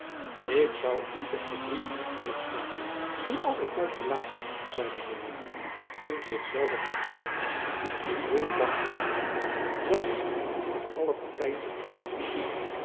ik zoû u het verdriet niet willen aandoen u altijd t'huis te laten zeide buat in zich zelven voegde hy er by hoe bang was zy dat ik my aan alle partyen onttrekken zoû